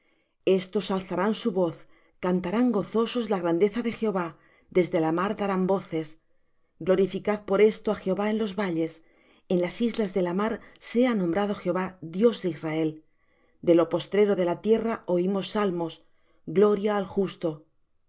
estos alzarán su voz cantarán gozosos en la grandeza de jehová desde la mar darán voces glorificad por esto á jehová en los valles en islas de la mar sea nombrado jehová dios de israel de lo postrero de la tierra oímos salmos gloria al justo